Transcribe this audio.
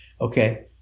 Okay